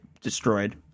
destroyed